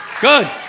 Good